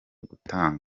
gutangwa